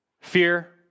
Fear